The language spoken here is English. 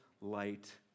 light